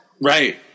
Right